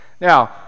Now